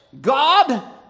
God